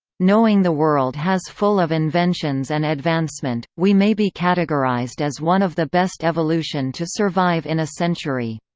knowing the world has full of inventions and advancement, we may be categorized as one of the best evolution to survive in a century.